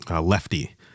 lefty